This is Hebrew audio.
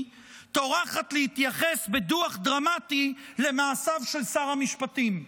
טורחת להתייחס בדוח דרמטי למעשיו של שר המשפטים,